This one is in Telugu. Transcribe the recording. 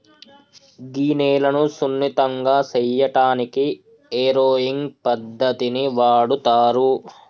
గీ నేలను సున్నితంగా సేయటానికి ఏరోయింగ్ పద్దతిని వాడుతారు